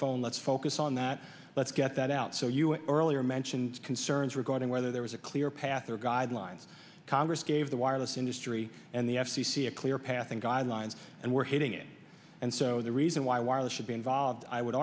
phone let's focus on that let's get that out so you earlier mentioned concerns regarding whether there was a clear path or guidelines congress gave the wireless industry and the f c c a clear path and guidelines and we're hitting it and so the reason why wireless should be involved i would